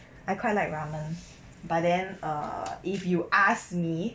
I quite like ramen by then err if you ask me